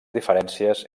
diferències